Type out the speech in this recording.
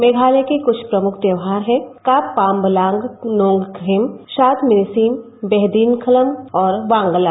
मेघालय के कुछ प्रमुख त्यौहार हैं का पांबतांग नॉगखेम शाद मिनसीम बेहदीनखलम और वांगला